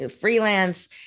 freelance